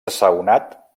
assaonat